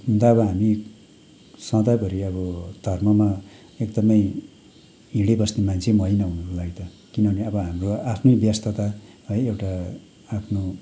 हुन त अब हामी सधैँभरि अब धर्ममा एकदमै हिँडिबस्ने मान्छे पनि होइन हुनको लागि त किनभने अब हाम्रो आफ्नै व्यस्तता है एउटा आफ्नो